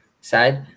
side